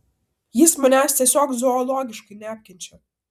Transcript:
jis manęs tiesiog zoologiškai neapkenčia